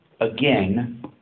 again